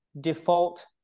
default